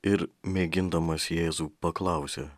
ir mėgindamas jėzų paklausė